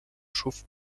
schuf